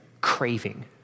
craving